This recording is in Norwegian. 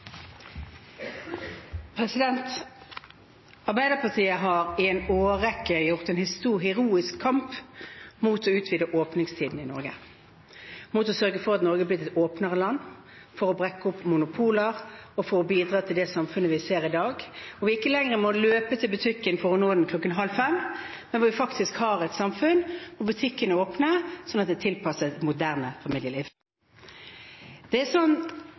Arbeiderpartiet har i en årrekke ført en heroisk kamp mot å utvide åpningstidene i Norge og mot å sørge for at Norge blir et åpnere land, brekke opp monopoler og bidra til det samfunnet vi ser i dag, hvor vi ikke lenger må løpe til butikken for å nå den klokken halv fem, men hvor vi faktisk har et samfunn hvor butikkene er åpne, slik at det er tilpasset et moderne